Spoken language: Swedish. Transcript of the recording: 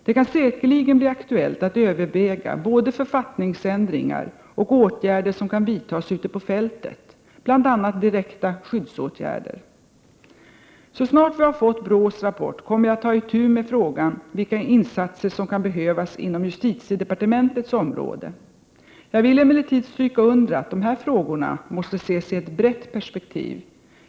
Det kan säkerligen bli aktuellt att överväga både författningsändringar och åtgärder som kan vidtas ute på fältet, bl.a. direkta skyddsåtgärder. Så snart vi har fått BRÅ-rapporten, kommer jag att ta itu med frågan vilka insatser som kan behövas inom justitiedepartementets område. Jag vill emellertid stryka under att de här frågorna måste ses i ett brett perspektiv.